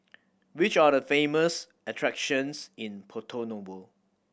which are the famous attractions in Porto Novo